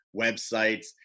websites